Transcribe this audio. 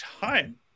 time